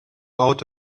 out